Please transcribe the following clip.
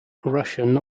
russian